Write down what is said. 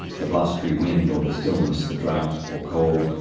the blustery wind or the stillness, the drought or cold,